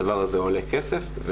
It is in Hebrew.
הדבר הזה עולה כסף,